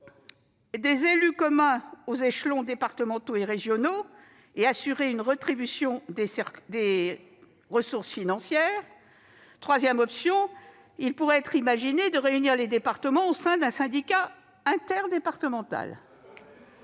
des élus communs aux échelons départementaux et régionaux et à assurer une rétribution des ressources financières. Enfin- c'est la troisième option -, on pourrait imaginer réunir les départements au sein d'un syndicat interdépartemental.